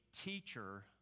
teacher